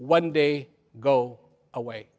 one day go away